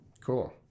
Cool